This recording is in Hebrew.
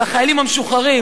לחיילים המשוחררים.